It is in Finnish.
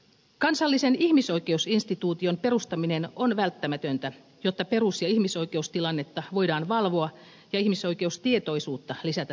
kansallisen ihmisoikeusinstituution perustaminen on välttämätöntä jotta perus ja ihmisoikeustilannetta voidaan valvoa ja ihmisoikeustietoisuutta lisätä suomessa